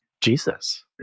Jesus